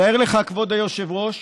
תאר לך, כבוד היושב-ראש,